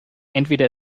entweder